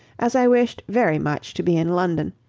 as i wished very much to be in london,